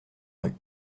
rue